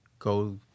Go